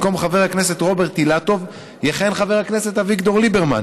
במקום חבר הכנסת רוברט אילטוב יכהן חבר הכנסת אביגדור ליברמן,